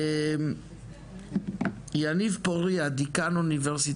שהיא יקרה לנו,